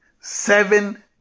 seven